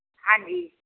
ਹਾਂਜੀ